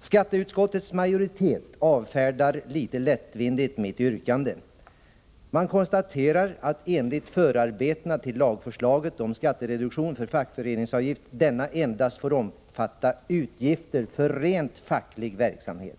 Skatteutskottets majoritet avfärdar mitt yrkande litet lättvindigt. Utskottet konstaterar att skattereduktionen, enligt förarbetena till lagförslaget om skattereduktion för fackföreningsavgift, endast får omfatta utgifter för rent facklig verksamhet.